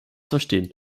verstehen